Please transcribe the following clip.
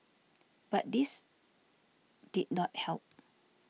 but this did not help